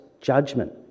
judgment